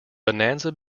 bonanza